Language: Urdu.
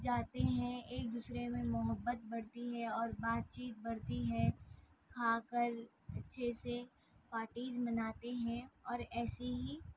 جاتے ہیں ایک دوسرے میں محبت بڑھتی ہے اور بات چیت بڑھتی ہے کھا کر اچھے سے پارٹیز مناتے ہیں اور ایسے ہی